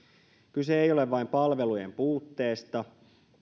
kyse ei ole vain palvelujen puutteesta